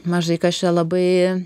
mažai kas čia labai